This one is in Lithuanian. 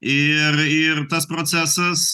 ir ir tas procesas